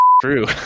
true